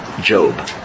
Job